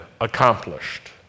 accomplished